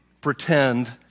pretend